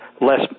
less